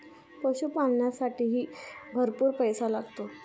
पशुपालनालासाठीही भरपूर पैसा लागतो